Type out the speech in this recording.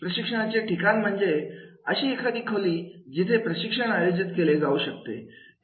प्रशिक्षणाचे ठिकाण म्हणजे अशी एखादी खोली जिथे प्रशिक्षण आयोजित केले जाऊ शकते